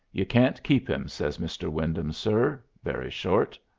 you can't keep him, says mr. wyndham, sir, very short.